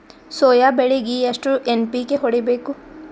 Soya ಬೆಳಿಗಿ ಎಷ್ಟು NPK ಹೊಡಿಬೇಕು?